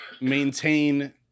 maintain